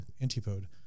Antipode